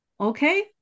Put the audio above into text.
Okay